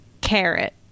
carrot